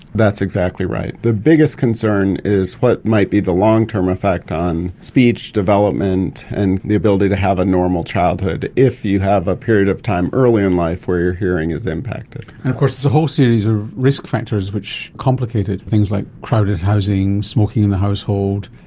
that's exactly right. the biggest concern is what might be the long-term effect on speech development and the ability to have a normal childhood if you have a period of time early in life where your hearing is impacted. and of course there's a whole series of risk factors which complicated things, like crowded housing, smoking in the household,